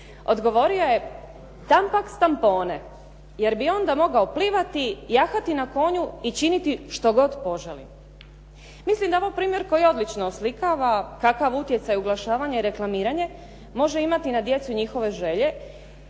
odgovorio je tampax tampone jer bi onda mogao plivati, jahati na konju i činiti što god poželim. Mislim da je ovo primjer koji odlično oslikava kakav utjecaj oglašavanja i reklamiranja može imati na djecu njihove želje,